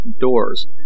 doors